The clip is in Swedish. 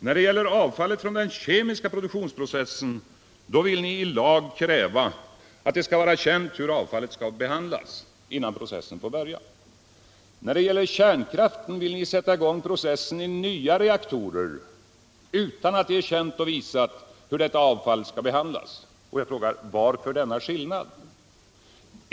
När det gäller avfallet från den kemiska produktionsprocessen vill ni i lag kräva att det skall vara känt hur avfallet skall behandlas innan processen får börja. Men när det gäller kärnkraften vill ni sätta i gång processen i nya reaktorer utan att det är känt och visat hur detta avfall skall behandlas. Varför denna skillnad?